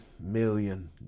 million